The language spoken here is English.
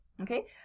okay